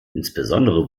insbesondere